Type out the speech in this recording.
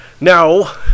Now